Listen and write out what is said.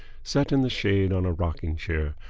sat in the shade on a rocking-chair,